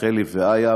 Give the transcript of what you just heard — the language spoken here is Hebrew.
רחלי ואיה,